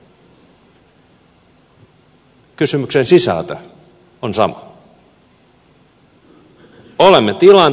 kysymyksen sisältö on sama